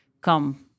come